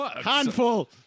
Handful